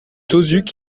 tauzuc